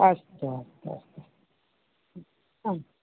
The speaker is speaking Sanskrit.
अस्तु अस्तु अस्तु आ